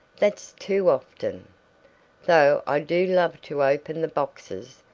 that's too often though i do love to open the boxes,